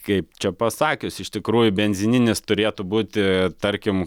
kaip čia pasakius iš tikrųjų benzininis turėtų būti tarkim